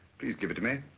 please give it to me.